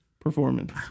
performance